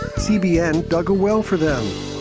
cbn dug a well for them.